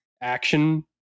action